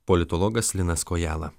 politologas linas kojala